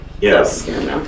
Yes